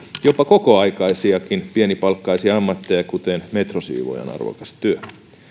jopa kokoaikaisiakin pienipalkkaisia ammatteja kuten metrosiivoojan arvokas työ